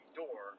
door